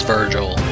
Virgil